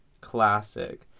Classic